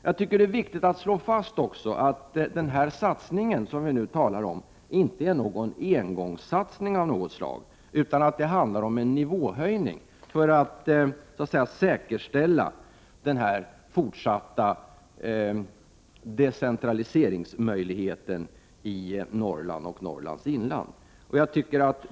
Jag tycker att det är viktigt att slå fast att den satsning som vi nu talar om inte är en engångssatsning av något slag utan handlar om en nivåhöjning för att säkerställa den fortsatta decentraliseringsmöjligheten i Norrland och dess inland.